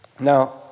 Now